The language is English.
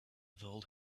told